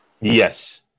Yes